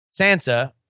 Sansa